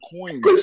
coins